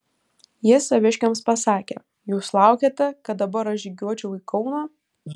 jis saviškiams pasakė jūs laukiate kad dabar aš žygiuočiau į kauną